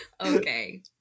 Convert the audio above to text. Okay